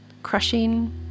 crushing